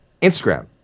Instagram